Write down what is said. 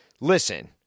listen